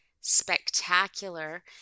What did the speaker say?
spectacular